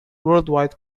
worldwide